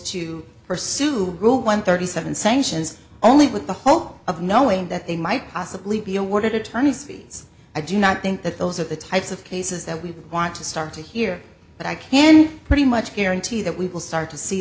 to pursue group one thirty seven sanctions only with the hope of knowing that they might possibly be awarded attorney's fees i do not think that those are the types of cases that we want to start to hear but i can pretty much guarantee that we will start to see